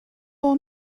اون